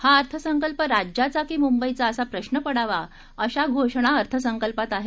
हा अर्थसंकल्प राज्याचा की मुंबई चा असा प्रश्न पडावा अशा घोषणा या अर्थसंकल्पात आहेत